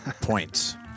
Points